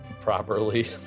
properly